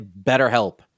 BetterHelp